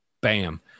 bam